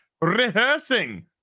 rehearsing